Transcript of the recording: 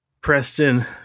Preston